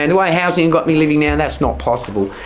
and the way housing got me living now, that's not possible.